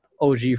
OG